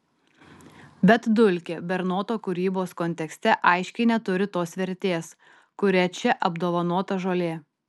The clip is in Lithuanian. bet dulkė bernoto kūrybos kontekste aiškiai neturi tos vertės kuria čia apdovanota žolė